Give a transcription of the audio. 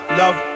love